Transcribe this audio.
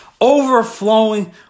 Overflowing